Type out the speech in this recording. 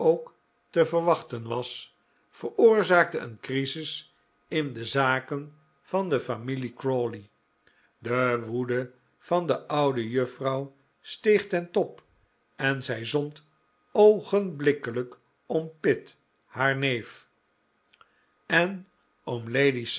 te verwachten was veroorzaakte een crisis in de zaken van de familie crawley de woede van de oude juffrouw steeg ten top en zij zond oogenblikkelijk om pitt haar neef en om